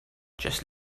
just